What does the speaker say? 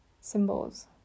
Symbols